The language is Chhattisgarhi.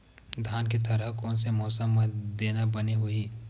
धान के थरहा कोन से मौसम म देना बने होही?